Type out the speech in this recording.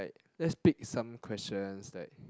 let's pick some questions like